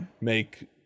make